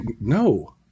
no